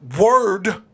word